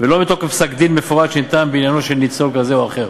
ולא מתוקף פסק-דין מפורט שניתן בעניינו של ניצול כזה או אחר.